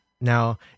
now